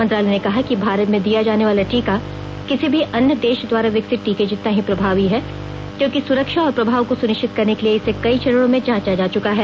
मंत्रालय ने कहा कि भारत में दिया जाने वाला टीका किसी भी अन्य देश द्वारा विकसित टीके जितना ही प्रभावी है क्योंकि सुरक्षा और प्रभाव को सुनिश्चित करने के लिए इसे कई चरणों में जांचा जा चुका है